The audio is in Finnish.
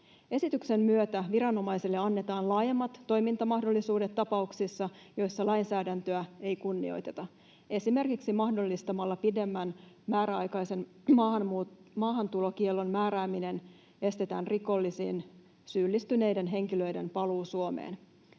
Esityksen myötä viranomaisille annetaan laajemmat toimintamahdollisuudet tapauksissa, joissa lainsäädäntöä ei kunnioiteta, esimerkiksi mahdollistamalla pidemmän määräaikaisen maahantulokiellon määrääminen ja estämällä rikollisiin syyllistyneiden henkilöiden paluu Suomeen.